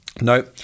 No